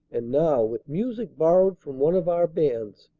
and now, with music borrowed from one of our bands,